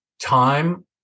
time